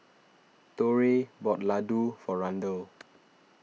Torey bought Ladoo for Randel